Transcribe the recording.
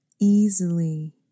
easily